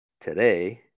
Today